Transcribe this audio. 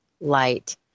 light